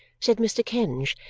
said mr. kenge,